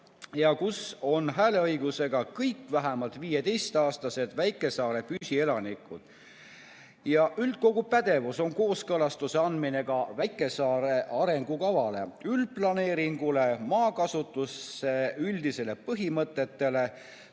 ja kus on hääleõigusega kõik vähemalt 15-aastased väikesaare püsielanikud. Üldkogu pädevuses on kooskõlastuse andmine väikesaare arengukavale, üldplaneeringule, maakasutuse üldistele põhimõtetele,